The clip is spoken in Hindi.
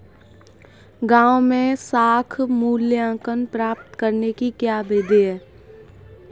गाँवों में साख मूल्यांकन प्राप्त करने की क्या विधि है?